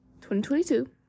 2022